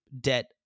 debt